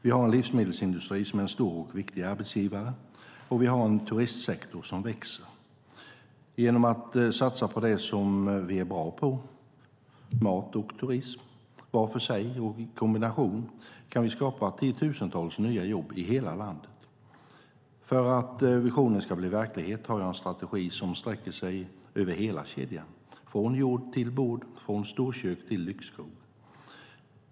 Vi har en livsmedelsindustri som är en stor och viktig arbetsgivare, och vi har en turismsektor som växer. Genom att satsa på det som vi är bra på - mat och turism, var för sig och i kombination - kan vi skapa tiotusentals nya jobb i hela landet. För att visionen ska bli verklighet har jag en strategi som sträcker sig över hela kedjan, från jord till bord, från storkök till lyxkrog.